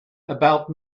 about